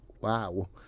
wow